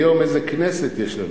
היום איזו כנסת יש לנו,